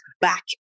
back